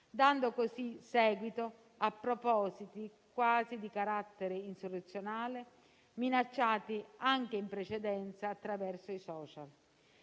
dando così seguito a propositi quasi di carattere insurrezionale, minacciati anche in precedenza attraverso i *social*.